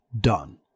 done